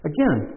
Again